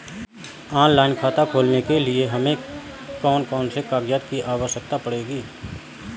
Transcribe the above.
Online खाता खोलने के लिए हमें कौन कौन से कागजात की आवश्यकता पड़ेगी?